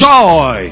Joy